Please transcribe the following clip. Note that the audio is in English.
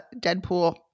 Deadpool